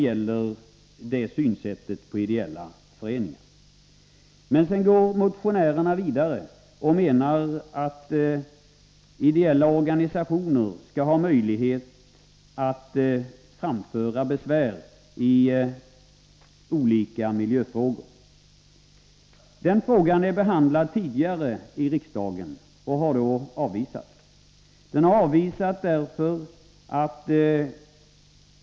Men sedan går motionärerna vidare och menar att ideella organisationer skall ha möjlighet att anföra besvär i olika miljöfrågor. Det kravet har tidigare behandlats i riksdagen och då avvisats.